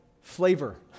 flavor